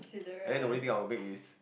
and then the way think our big is